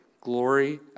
Glory